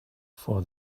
for